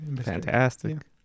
Fantastic